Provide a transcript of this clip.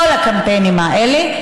כל הקמפיינים האלה,